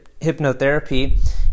hypnotherapy